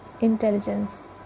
intelligence